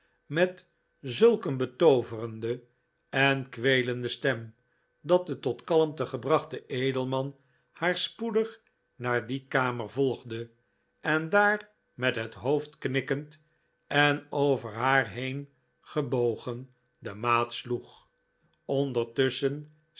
met zulk een betooverende en kweelende stem dat de tot kalmte gebrachte edelman haar spoedig naar die kamer volgde en daar met het hoofd knikkend en over haar heen gebogen de maat sloeg